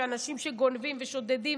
שאנשים שגונבים ושודדים,